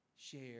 share